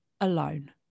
alone